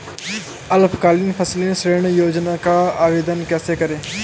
अल्पकालीन फसली ऋण योजना का आवेदन कैसे करें?